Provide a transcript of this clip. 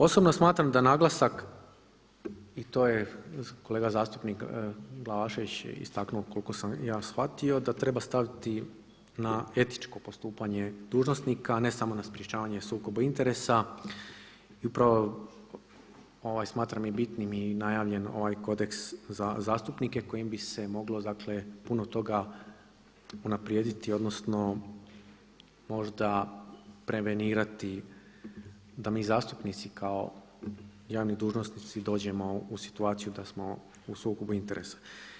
Osobno smatram da naglasak i to je kolega zastupnik Glavašević istaknuo koliko sam ja shvatio, da treba staviti na etičko postupanje dužnosnika, a ne samo na sprečavanje sukoba interesa i upravo ovaj smatram i bitnim ovaj kodeks za zastupnike kojim bi se moglo puno toga unaprijediti odnosno možda prevenirati da mi zastupnici kao javni dužnosnici dođemo u situaciju da smo u sukobu interesa.